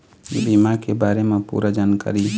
बीमा के बारे म पूरा जानकारी?